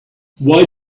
why